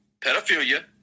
pedophilia